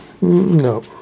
no